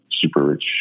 super-rich